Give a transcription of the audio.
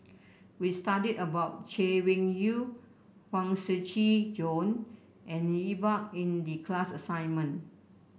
we studied about Chay Weng Yew Huang Shiqi Joan and Iqbal in the class assignment